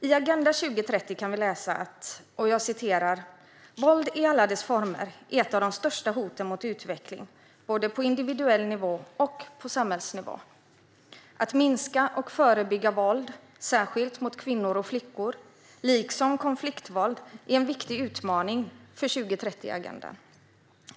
I agenda 2030 kan vi läsa följande: "Våld i alla dess former är ett av de största hoten mot utveckling både på individuell nivå och på samhällsnivå. Att minska och förebygga våld, särskilt mot kvinnor och flickor, liksom konfliktvåld är en viktig utmaning för 2030-agendan.